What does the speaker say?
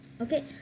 Okay